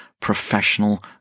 professional